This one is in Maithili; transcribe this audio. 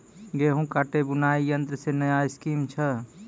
गेहूँ काटे बुलाई यंत्र से नया स्कीम छ?